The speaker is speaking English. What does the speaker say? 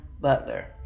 Butler